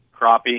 crappie